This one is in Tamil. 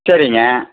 சரிங்க